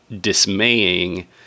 dismaying